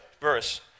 verse